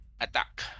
attack